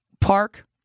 park